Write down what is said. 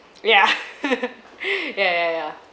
ya ya ya ya